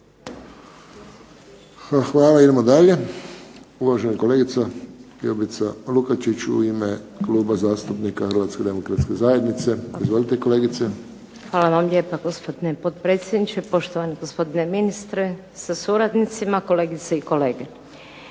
Hvala vam lijepa gospodine potpredsjedniče, poštovani gospodine ministre sa suradnicima, kolegice i kolege.